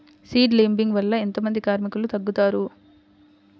Seed లేంబింగ్ వల్ల ఎంత మంది కార్మికులు తగ్గుతారు?